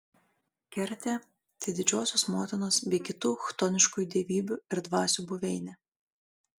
kertė tai didžiosios motinos bei kitų chtoniškųjų dievybių ir dvasių buveinė